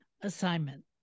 assignment